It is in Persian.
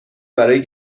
برای